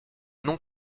n’ont